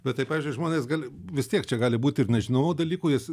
bet tai pavyzdžiui žmonės gali vis tiek čia gali būt ir nežinomų dalykų jis